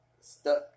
stuck